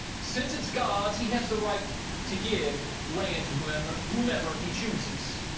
since it's god's he has the right to give land to and whomever he chooses.